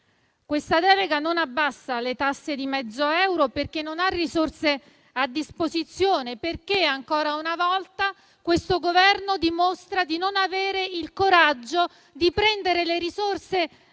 Questa delega non abbassa le tasse di mezzo euro, perché non ha risorse a disposizione; perché, ancora una volta, questo Governo dimostra di non avere il coraggio di prendere le risorse lì dove ci sono.